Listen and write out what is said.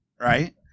right